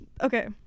Okay